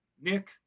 Nick